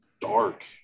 Dark